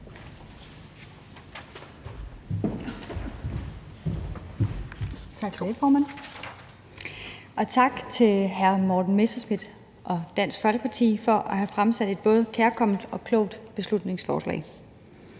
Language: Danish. tak til hr. Morten Messerschmidt og Dansk Folkeparti for at have fremsat et både kærkomment og klogt beslutningsforslag.